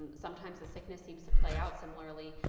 and sometimes the sickness seems to play out similarly.